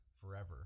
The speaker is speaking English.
forever